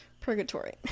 Purgatory